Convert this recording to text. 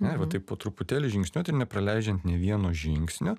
ane ir va taip vat po truputėlį žingsniuot ir nepraleidžiant nė vieno žingsnio